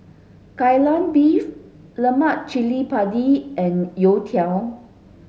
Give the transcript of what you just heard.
Kai Lan Beef Lemak Cili Padi and Youtiao